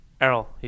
Errol